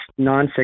nonfiction